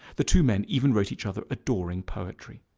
the two men even wrote each other adoring poetry.